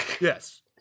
Yes